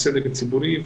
לסדר ציבורי,